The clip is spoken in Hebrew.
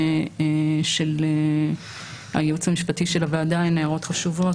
של הייעוץ המשפטי של הוועדה הן הערות חשובות.